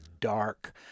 dark